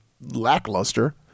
lackluster